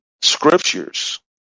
scriptures